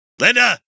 Linda